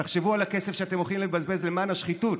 תחשבו על הכסף שאתם הולכים לבזבז למען השחיתות